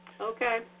Okay